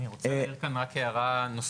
אני רוצה להעיר כאן הערה נוסחית.